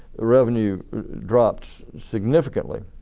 revenue dropped significantly.